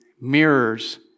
mirrors